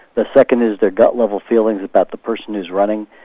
the second is their gut level feelings about the person who's running,